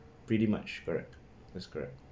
pretty much correct that's correct